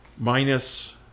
Minus